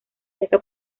seca